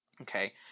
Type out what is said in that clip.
Okay